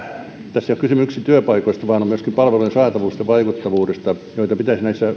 tässä ei ole yksin kysymys työpaikoista vaan myöskin palvelujen saatavuudesta ja vaikuttavuudesta joita pitäisi näissä